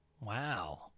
Wow